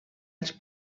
els